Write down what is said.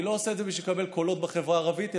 אני לא עושה את זה בשביל לקבל קולות בחברה הערבית,